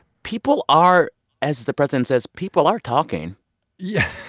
people are as as the president says, people are talking yeah.